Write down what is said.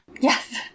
Yes